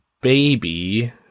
baby